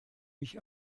mich